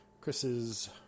Chris's